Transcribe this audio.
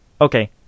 okay